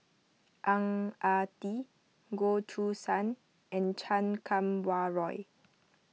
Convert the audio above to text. Ang Ah Tee Goh Choo San and Chan Kum Wah Roy